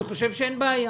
אני חושב שאין בה בעיה.